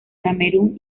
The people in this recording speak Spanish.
camerún